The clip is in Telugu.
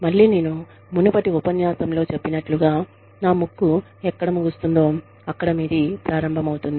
మళ్ళీ నేను మునుపటి ఉపన్యాసంలో చెప్పినట్లుగా నా ముక్కు ఎక్కడ ముగుస్తుంది అక్కడ మీది ప్రారంభమవుతుంది